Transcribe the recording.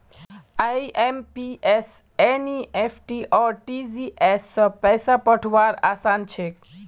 IMPS NEFT RTGS स पैसा पठऔव्वार असान हछेक